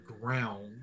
ground